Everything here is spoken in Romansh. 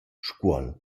scuol